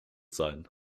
sein